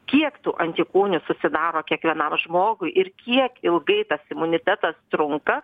kiek tų antikūnių susidaro kiekvienam žmogui ir kiek ilgai tas imunitetas trunka